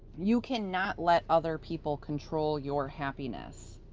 you cannot let other people control your happiness.